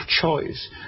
choice